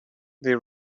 they